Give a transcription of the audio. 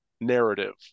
narrative